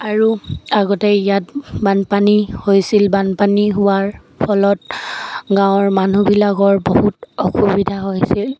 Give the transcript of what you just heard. আৰু আগতে ইয়াত বানপানী হৈছিল বানপানী হোৱাৰ ফলত গাঁৱৰ মানুহবিলাকৰ বহুত অসুবিধা হৈছিল